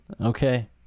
okay